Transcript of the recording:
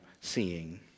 seeing